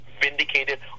vindicated